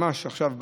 ממש עכשיו,